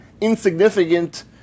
insignificant